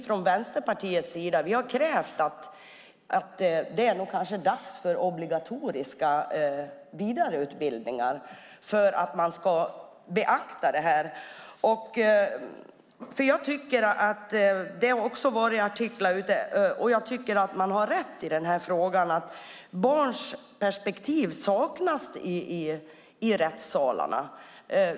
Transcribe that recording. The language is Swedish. Från Vänsterpartiets sida har vi krävt obligatoriska vidareutbildningar för att man ska kunna beakta detta. Barns perspektiv saknas i rättssalarna.